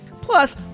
Plus